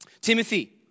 Timothy